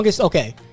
Okay